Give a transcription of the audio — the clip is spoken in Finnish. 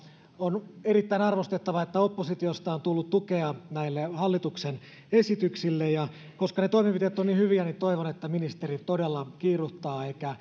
on erittäin arvostettavaa että oppositiosta on tullut tukea näille hallituksen esityksille ja koska ne toimenpiteet ovat niin hyviä niin toivon että ministeri todella kiiruhtaa